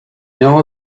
know